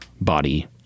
body